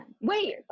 wait